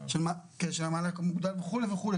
המענק המוגדל וכו',